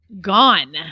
Gone